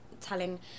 telling